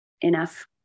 enough